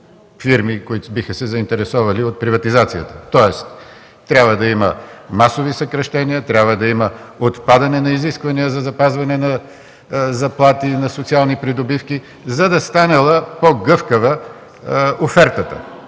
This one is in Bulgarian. фирми, които биха се заинтересовали от приватизацията. Тоест трябва да има масови съкращения, отпадане на изисквания за запазване на заплати, на социални придобивки, за да станела по-гъвкава офертата.